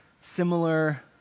similar